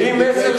עם דגלי פלסטין.